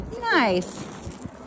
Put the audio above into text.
Nice